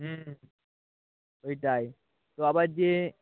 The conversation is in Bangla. হুম ওইটাই তো আবার যে